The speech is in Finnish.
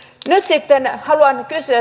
nyt sitten haluan kysyä